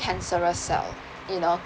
cancerous cell you know